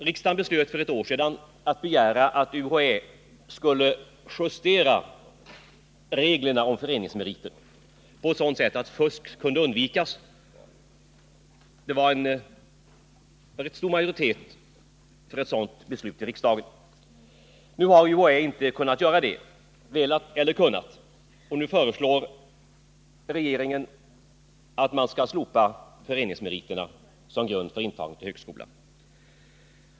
Riksdagen beslöt för ett år sedan att begära att UHÄ skulle justera reglerna om föreningsmeriter på sådant sätt att fusk kunde undvikas. En stor majoritet i riksdagen var för ett sådant beslut. UHÄ har inte kunnat, eller velat, göra en sådan justering, och nu föreslår regeringen att man skall slopa föreningsmeriterna som grund för all intagning till högskolan.